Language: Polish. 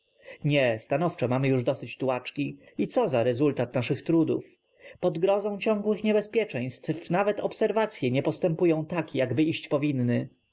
nie stanowczo mamy już dosyć tułaczki i co za rezultat naszych trudów pod grozą ciągłych niebezpieczeństw nawet obserwacye nie postępują tak jakby iść powinny